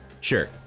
Sure